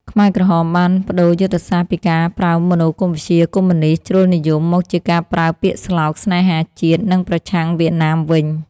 ខ្មែរក្រហមបានប្តូរយុទ្ធសាស្ត្រពីការប្រើមនោគមវិជ្ជាកុម្មុយនីស្តជ្រុលនិយម មកជាការប្រើពាក្យស្លោក «ស្នេហាជាតិ» និងប្រឆាំងវៀតណាមវិញ។